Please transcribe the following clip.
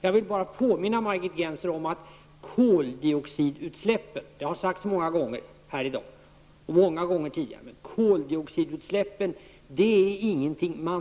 Jag vill bara påminna Margit Gennser om att koldioxidutsläppen är ingenting som det går